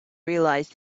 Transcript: realise